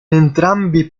entrambi